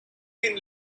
been